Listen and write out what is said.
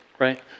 right